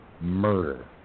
murder